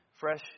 fresh